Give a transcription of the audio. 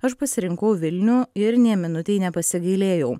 aš pasirinkau vilnių ir nė minutei nepasigailėjau